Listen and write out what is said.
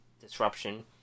disruption